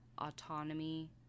autonomy